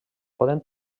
poden